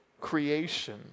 creation